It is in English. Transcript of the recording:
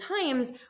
times